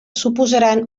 suposaran